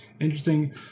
interesting